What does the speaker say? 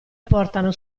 portano